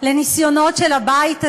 מקבלים אותם, ואף בכנסת